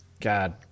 God